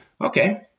Okay